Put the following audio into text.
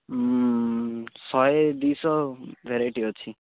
ଶହେ ଦୁଇ ଶହ ଭେରାଇଟି ଅଛି